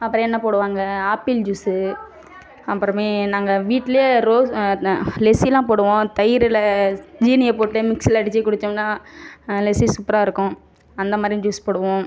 அப்புறம் என்ன போடுவாங்கள் ஆப்பிள் ஜூஸ்சு அப்புறமே நாங்கள் வீட்டிலேயே ரோஸ் லெசிலாம் போடுவோம் தயிரில் ஜீனியை போட்டு மிக்ஸியில அடிச்சு குடிச்சோம்னால் லெஸி சூப்பராக இருக்கும் அந்த மாதிரியும் ஜூஸ் போடுவோம்